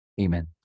Amen